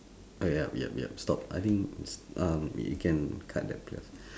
ah yup yup yup stop I think it's um you can cut that part